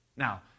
Now